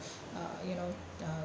uh you know uh